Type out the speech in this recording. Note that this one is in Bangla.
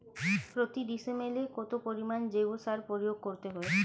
প্রতি ডিসিমেলে কত পরিমাণ জৈব সার প্রয়োগ করতে হয়?